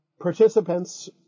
participants